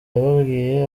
yababwiye